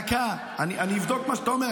דקה, אני אבדוק מה שאתה אומר.